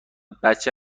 بچه